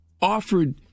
offered